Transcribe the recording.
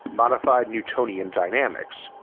modified newtonian dynamics,